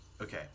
Okay